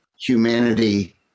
humanity